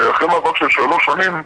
אחרי מאבק של שלוש שנים,